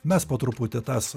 mes po truputį tas